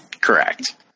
Correct